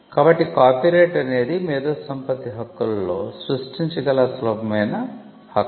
కాబట్టి కాపీరైట్ అనేది మేధో సంపత్తి హక్కులలో సృష్టించగల సులభమైన హక్కు